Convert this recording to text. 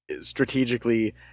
strategically